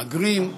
מהגרים.